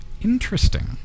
Interesting